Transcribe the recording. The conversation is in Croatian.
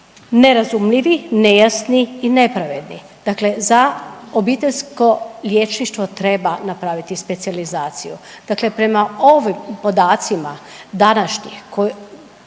nerazumljivi, nejasni i nepravedni. Dakle za obiteljsko liječništvo treba napraviti specijalizaciju. Dakle, prema ovim podacima današnjim koji